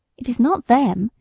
it is not them,